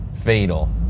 Fatal